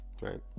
right